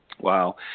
Wow